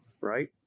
right